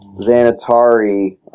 Xanatari